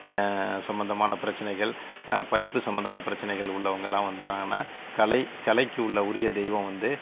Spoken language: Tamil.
சம்பந்தமான பிரச்சனைகள் படிப்பு சம்பந்தான பிரச்சனைகள் உள்ளவங்கெல்லாம் வந்தாங்கனா கலை கலைக்கு உள்ள உரிய தெய்வம் வந்து